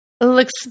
Looks